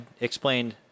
explained